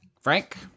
Frank